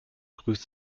grüßt